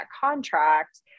contract